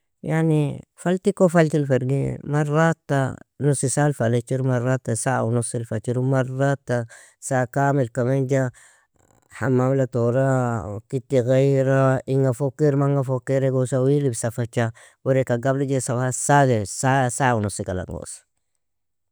Yani, faltiko faltil fergi marata, nusi saal falechir marata, saa u nosil fachiru marata, saa kamilka menja, hammamla tora, kiti ghaira, inga fokir, manga fokir igosa ui libsa facha, werweaka gablijru saae, saa u nosi galangoso.